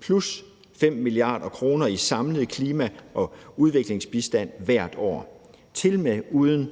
plus 5 mia. kr. i samlet klima- og udviklingsbistand hvert år – tilmed uden